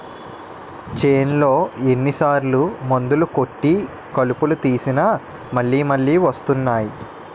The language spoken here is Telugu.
చేన్లో ఎన్ని సార్లు మందులు కొట్టి కలుపు తీసినా మళ్ళి మళ్ళి వస్తున్నాయి